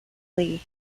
lee